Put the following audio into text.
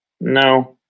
No